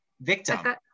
victim